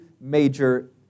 major